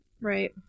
Right